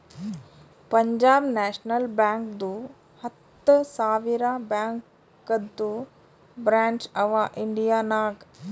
Punjab national ಬ್ಯಾಂಕ್ದು ಹತ್ತ ಸಾವಿರ ಬ್ಯಾಂಕದು ಬ್ರ್ಯಾಂಚ್ ಅವಾ ಇಂಡಿಯಾ ನಾಗ್